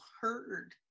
heard